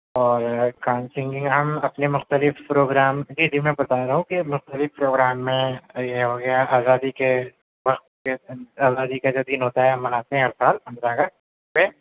اور کوچنگ میں ہم اپنے مختلف پروگرام جی جی میں بتا رہا ہوں مختلف پروگرام میں یہ ہو گیا آزادی کے وقت آزادی کا جو دن ہوتا ہے مناتے ہیں ہر سال پندرہ اگست سے